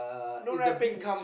no rapping